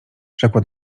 rzekła